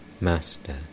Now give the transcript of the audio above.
Master